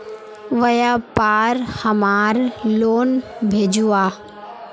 व्यापार हमार लोन भेजुआ?